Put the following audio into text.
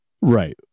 Right